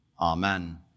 amen